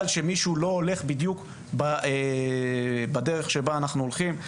שמישהו לא הולך בדרך שבה אנחנו הולכים.